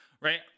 Right